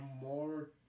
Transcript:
more